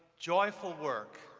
joyful work,